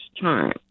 time